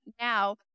now